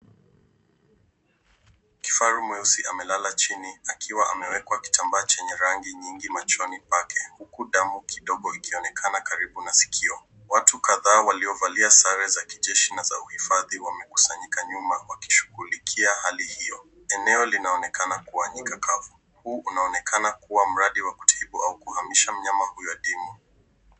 Kifaru mweusi amelala chini akiwa amewekwa kitamba chenye rangi nyingi kichwani pake huku damu kidogo ikionekana karibu na sikio. WAtu kadhaa waliovalia sare za kijeshi na uhifadhi wamekusanyika nyuma wakishughulikia hali hiyo. Eneo linaonekana kuwa nyika kavu. Huu unaonekana kuwa mradi wa kutibu au kuhamisha mnyama huyo adimu.